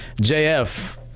JF